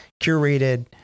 curated